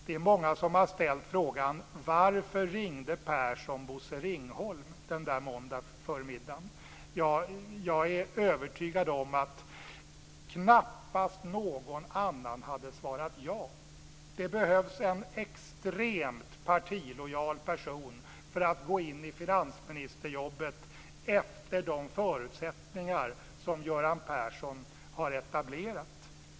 Det är många som har ställt frågan: Varför ringde Göran Persson Bosse Ringholm den där måndagförmiddagen? Jag är övertygad om att knappast någon annan hade svarat ja. Det behövs en extremt partilojal person för att gå in i finansministerjobbet efter de förutsättningar som Göran Persson har etablerat.